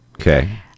okay